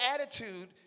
attitude